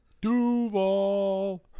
Duval